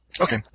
Okay